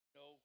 no